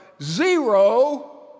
zero